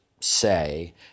say